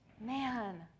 man